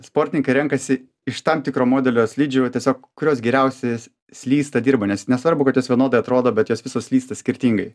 sportinkai renkasi iš tam tikro modelio slidžių tiesiog kurios geriausias slysta dirba nes nesvarbu kad jos vienodai atrodo bet jos visos slysta skirtingai